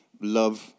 love